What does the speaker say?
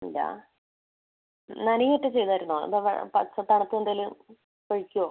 ഇല്ല നനയുകയോ മറ്റൊ ചെയ്തിരുന്നോ തണുത്ത എന്തെങ്കിലും കഴിക്കുകയോ